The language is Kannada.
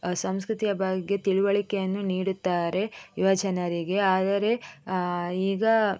ಸಂಸ್ಕೃತಿಯ ಬಗ್ಗೆ ತಿಳುವಳಿಕೆಯನ್ನು ನೀಡುತ್ತಾರೆ ಯುವಜನರಿಗೆ ಆದರೆ ಈಗ